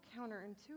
counterintuitive